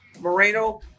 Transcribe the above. Moreno